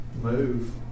move